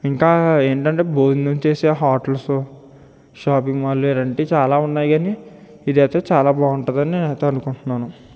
ఇంకా ఏంటంటే భోజనం చేసే హోటల్స్ షాపింగ్ మాల్ ఇలాంటివి చాలా ఉన్నాయి కానీ ఇది అయితే చాలా బాగుంటుంది అని నేనైతే అనుకుంటున్నాను